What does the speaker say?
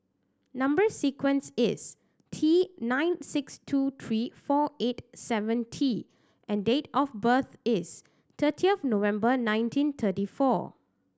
number sequence is T nine six two three four eight seven T and date of birth is thirtieth November nineteen thirty four